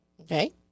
Okay